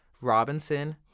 Robinson